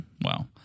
Wow